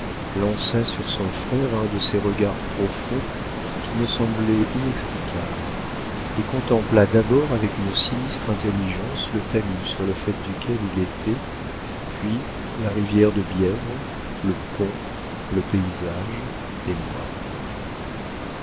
lança sur son frère un de ces regards profonds qui me semblaient inexplicables et contempla d'abord avec une sinistre intelligence le talus sur le faîte duquel il était puis la rivière de bièvre le pont le paysage et moi